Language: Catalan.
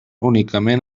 únicament